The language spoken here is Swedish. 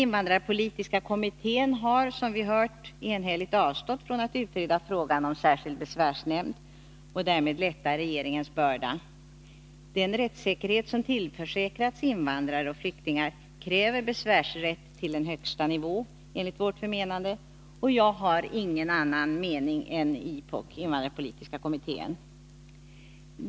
Den invandrarpolitiska kommittén har, som vi hört, enhälligt avstått från att utreda frågan om särskild besvärsnämnd för att därmed lätta regeringens börda. Den rättssäkerhet som tillförsäkrats invandrare och flyktingar kräver enligt vårt förmenande besvärsrätt till den högsta nivån. Jag har ingen annan mening än invandrarpolitiska kommittén.